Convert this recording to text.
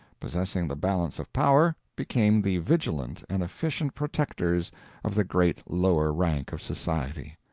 possessing the balance of power, became the vigilant and efficient protectors of the great lower rank of society.